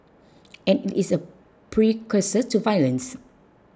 and it is a precursor to violence